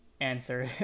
answer